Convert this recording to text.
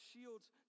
shields